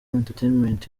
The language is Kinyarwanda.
entertainment